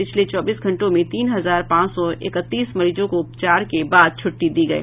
पिछले चौबीस घंटों में तीन हजार पांच सौ इकतीस मरीजों को उपचार के बाद छूट्टी दी गयी